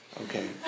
okay